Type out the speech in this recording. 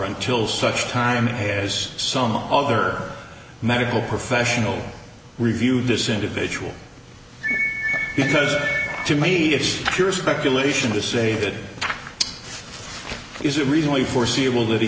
until such time has some other medical professional review this individual because to me it's pure speculation to say that it is a reasonably foreseeable